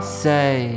say